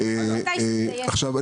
עכשיו,